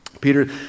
Peter